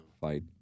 Fight